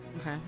Okay